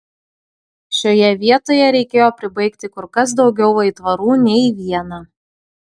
šioje vietoje reikėjo pribaigti kur kas daugiau aitvarų nei vieną